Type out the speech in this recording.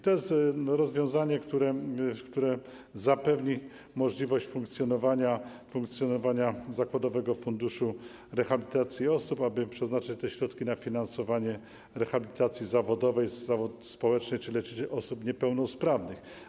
To jest rozwiązanie, które zapewni możliwość funkcjonowania zakładowego funduszu rehabilitacji osób, aby przeznaczać te środki na finansowanie rehabilitacji zawodowej, społecznej czy leczenie osób niepełnosprawnych.